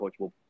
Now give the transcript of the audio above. coachable